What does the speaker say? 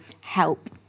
Help